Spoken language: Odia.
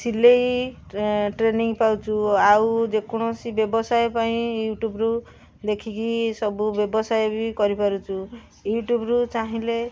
ସିଲେଇ ଟ୍ରେନିଂ ପାଉଛୁ ଆଉ ଯେକୌଣସି ବ୍ୟବସାୟ ପାଇଁ ୟୁଟ୍ୟୁବରୁ ଦେଖିକି ସବୁ ବ୍ୟବସାୟ ବି କରିପାରୁଛୁ ୟୁଟ୍ୟୁବରୁ ଚାହିଁଲେ